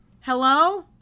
Hello